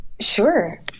Sure